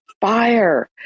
fire